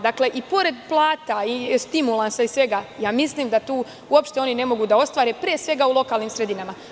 Dakle, i pored plata i stimulansa i svega ja mislim da tu uopšte oni ne mogu da ostvare, pre svega u lokalnim sredinama.